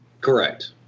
correct